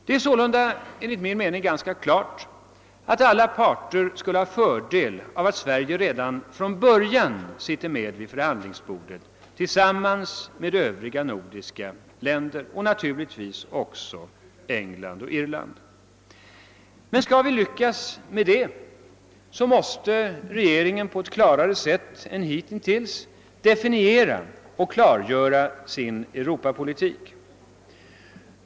Det är sålunda enligt min mening ganska klart, att alla parter skulle ha fördel av att Sverige redan från början sitter med vid förhandlingsbordet tillsammans med Övriga nordiska länder och naturligtvis också England och Irland. Men skall vi lyckas med det, måste regeringen på ett klarare sätt än hittills definiera och klargöra sin Europapolitik.